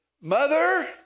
mother